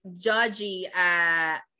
judgy